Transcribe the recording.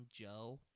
Joe